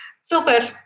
Super